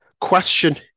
question